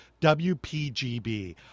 WPGB